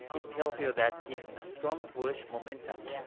it tells you that it's the strong bullish momentum,